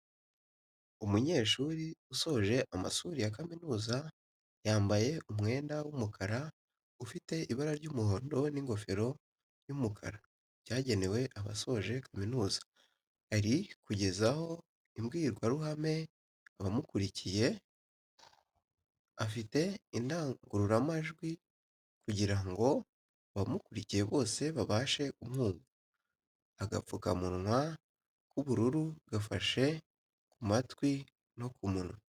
Umunyeshuri usoje amashuri ya kaminuza yambaye umwenda w'umukara ufite ibara ry'umuhondo n'ingofero y'umukara byagenewe abasoje kaminuza, ari kugezaho imbwirwaruhame abamukurikiye afite indangururamajwi kugirango abamukurikiye bose babashe kumwumva, agapfukamunwa k'ubururu gafashe ku matwi no ku kananwa